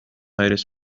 آیرس